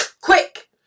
Quick